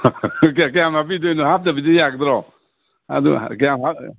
ꯀꯌꯥꯝ ꯍꯥꯞꯄꯤꯗꯣꯏꯅꯣ ꯍꯥꯞꯇꯕꯤꯗ ꯌꯥꯒꯗ꯭ꯔꯣ ꯑꯗꯨ ꯀꯌꯥꯝ